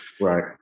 Right